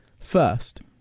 first